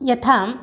यथा